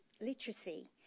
literacy